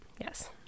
Yes